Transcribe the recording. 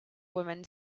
woman